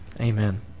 Amen